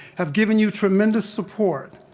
have given you tremendous support,